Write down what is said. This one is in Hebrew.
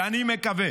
ואני מקווה